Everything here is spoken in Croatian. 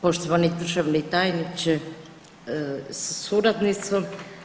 poštovani državni tajniče sa suradnicom.